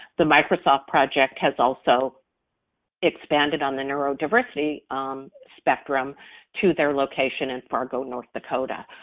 the microsoft project has also expanded on the neurodiversity spectrum to their location in fargo, north dakota.